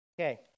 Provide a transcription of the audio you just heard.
Okay